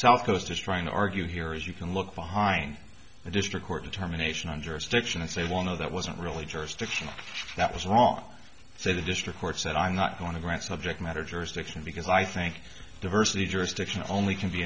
south coast is trying to argue here is you can look behind a district court determination on jurisdiction and say one of that wasn't really jurisdictional that was wrong so the district court said i'm not going to grant subject matter jurisdiction because i think diversity jurisdiction only can be